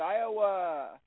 Iowa